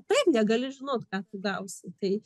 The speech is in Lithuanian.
taip negali žinot ką tu gausi tai